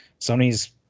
sony's